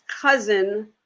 cousin